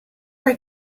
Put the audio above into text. fue